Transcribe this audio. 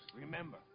Remember